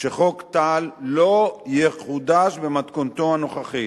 שחוק טל לא יחודש במתכונתו הנוכחית,